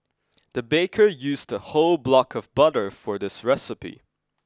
the baker used a whole block of butter for this recipe